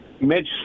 Mitch